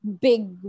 big